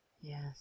Yes